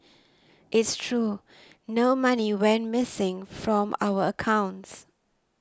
it's true no money went missing from our accounts